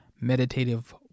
meditative